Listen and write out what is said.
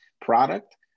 product